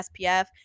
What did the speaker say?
spf